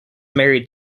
married